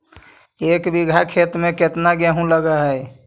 एक बिघा खेत में केतना गेहूं लग है?